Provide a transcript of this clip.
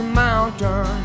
mountain